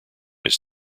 his